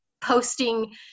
posting